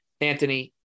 Anthony